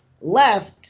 left